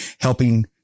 helping